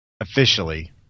officially